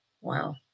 Wow